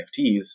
NFTs